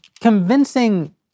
convincing